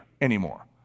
anymore